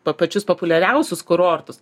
pačius populiariausius kurortus